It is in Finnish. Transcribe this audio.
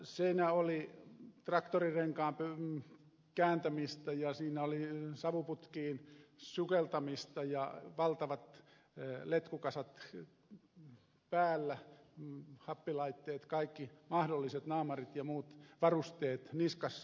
siinä oli traktorinrenkaan kääntämistä ja siinä oli savuputkiin sukeltamista valtavat letkukasat päällä happilaitteet kaikki mahdolliset naamarit ja muut varusteet niskassa